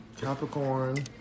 Capricorn